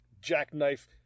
Jackknife